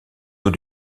eaux